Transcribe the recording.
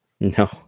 No